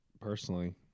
personally